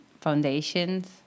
foundations